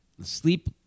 sleep